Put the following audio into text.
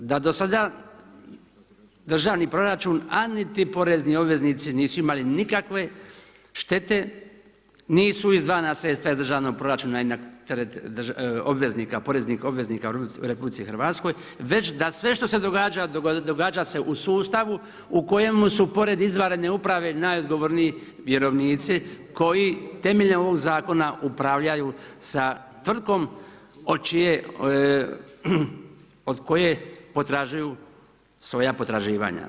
Da do sada državni proračun a niti porezni obveznici nisu imali nikakve štete, nisu izdvajana sredstva iz državnog proračuna i na teret obveznika, poreznih obveznika u RH već da sve što se događa, događa se u sustavu u kojemu su pored izvanredne uprave najodgovorniji vjerovnici temeljem ovog zakona upravljaju sa tvrtkom od koje potražuju svoja potraživanja.